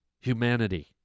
humanity